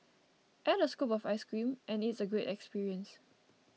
add a scoop of ice cream and it's a great experience